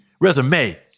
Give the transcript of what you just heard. resume